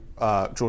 George